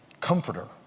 Comforter